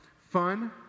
Fun